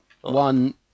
one